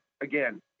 again